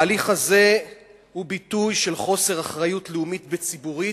ההליך הזה הוא ביטוי של חוסר אחריות לאומית וציבורית,